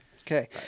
Okay